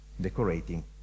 decorating